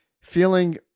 feeling